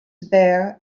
there